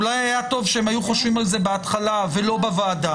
אולי היה טוב שהם היו חושבים על זה בהתחלה ולא בוועדה